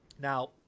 Now